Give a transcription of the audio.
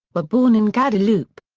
were born in guadeloupe.